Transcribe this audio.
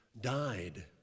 died